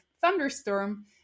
thunderstorm